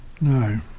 No